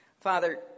Father